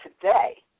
today